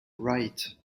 wright